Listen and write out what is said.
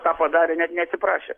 tą padarė net neatsiprašė